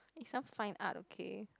it's some fine art okay